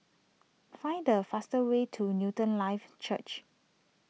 find a faster way to Newton Life Church